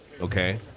okay